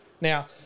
Now